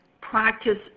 Practice